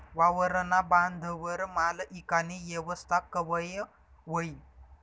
वावरना बांधवर माल ईकानी येवस्था कवय व्हयी?